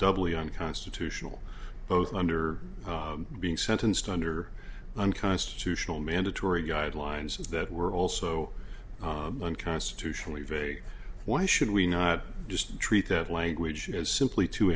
doubly unconstitutional both under being sentenced under unconstitutional mandatory guidelines that were also unconstitutionally vague why should we not just treat that language as simply to